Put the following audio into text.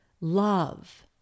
love